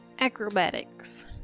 Acrobatics